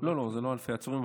לא, לא, זה לא אלפי עצורים.